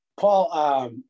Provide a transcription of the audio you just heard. Paul